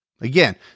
Again